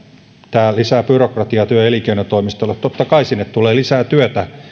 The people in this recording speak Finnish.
tämä lisää byrokratiaa työ ja elinkeinotoimistoissa totta kai sinne tulee lisää työtä